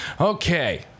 okay